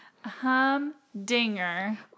Humdinger